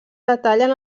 detallen